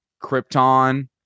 Krypton